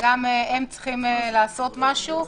גם הם צריכים לעשות משהו.